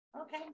Okay